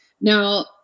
Now